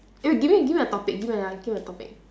eh give me give me a topic give me another give a topic